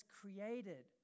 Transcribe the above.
created